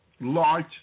large